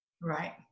Right